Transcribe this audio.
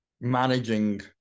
managing